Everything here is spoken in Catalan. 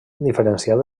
diferenciat